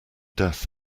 death